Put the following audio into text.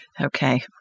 Okay